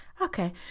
Okay